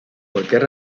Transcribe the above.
cualquier